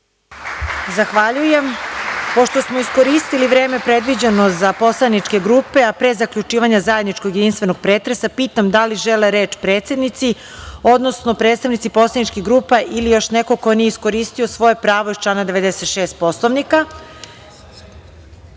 Zahvaljujem. Pošto smo iskoristili vreme predviđeno za poslaničke grupe, a pre zaključivanja zajedničkog jedinstvenog pretresa pitam da li žele reč predsednici, odnosno predstavnici poslaničkih grupa ili još neko ko nije iskoristio svoje pravo iz člana 96. Poslovnika? Za